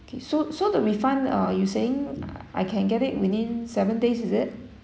okay so so the refund are you saying I can get it within seven days is it